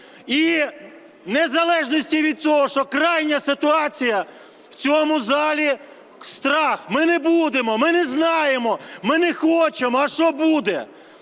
в незалежності від цього, що крайня ситуація, в цьому залі страх: ми не будемо, ми не знаємо, ми не хочемо, а що буде.